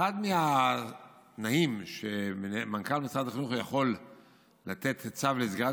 אחד התנאים שמנכ"ל משרד החינוך יכול לתת צו לסגירת